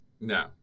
No